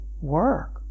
work